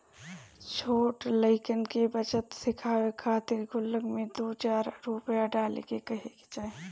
छोट लइकन के बचत सिखावे खातिर गुल्लक में दू चार रूपया डाले के कहे के चाही